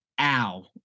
ow